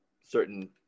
certain